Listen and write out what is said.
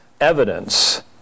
evidence